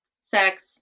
sex